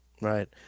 Right